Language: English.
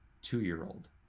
two-year-old